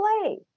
play